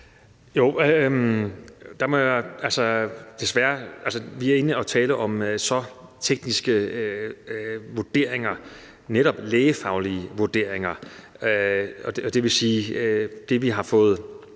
Vi er inde og tale om tekniske vurderinger, netop lægefaglige vurderinger. Men det, vi har fået